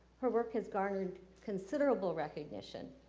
her work has garnered considerable recognition,